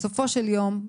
בסופו של יום,